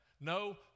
No